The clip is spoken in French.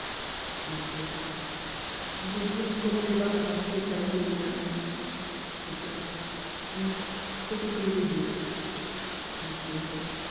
l'espér vous voulez dire comment je vins à peuscr au salut de mou âme chrél oui c'est ce que je veil dire l'espax